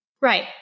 Right